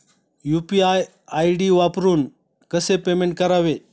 UPI ID वापरून कसे payment करावे?